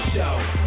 Show